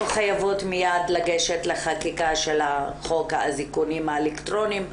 חייבות מייד לגשת לחקיקה של חוק האזיקונים האלקטרוניים,